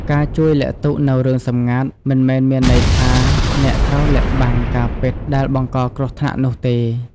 ការជួយលាក់ទុកនូវរឿងសម្ងាត់ មិនមែនមានន័យថាអ្នកត្រូវលាក់បាំងការពិតដែលបង្កគ្រោះថ្នាក់នោះទេ។